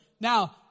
Now